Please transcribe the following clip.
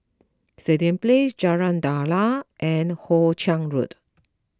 Stadium Place Jalan Daliah and Hoe Chiang Road